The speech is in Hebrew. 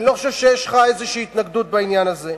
אני לא חושב שיש לך איזו התנגדות לזה,